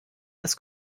des